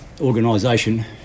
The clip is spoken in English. organisation